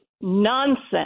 nonsense